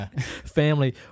family